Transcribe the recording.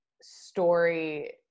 story